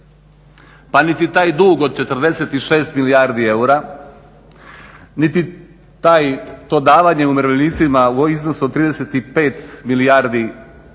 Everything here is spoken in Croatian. Pa niti taj dug od 46 milijardi eura niti to davanje umirovljenicima u iznosu od 35 milijardi kuna